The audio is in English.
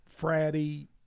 fratty